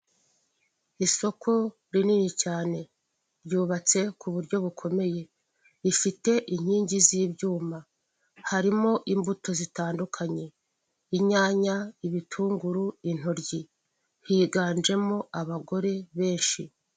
Isoko rinini cyane ryubatse kuburyo bukomeye. Rifite inkingi z'ibyuma harimo imbuto zitandukanye, inyanya, ibitunguru, intoryi. higanjemo abagore benshi.